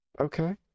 Okay